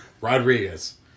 Rodriguez